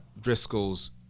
Driscoll's